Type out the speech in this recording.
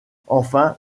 enfin